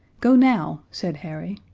go now, said harry.